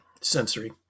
sensory